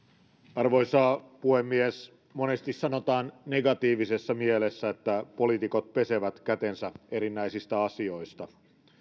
arvoisa puhemies monesti sanotaan negatiivisessa mielessä että poliitikot pesevät kätensä erinäisistä asioista